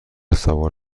سوار